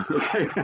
okay